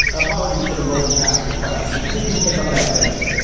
apologies for the multi-faceted question. but how did you pick up that tension?